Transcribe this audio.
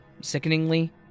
sickeningly